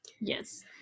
yes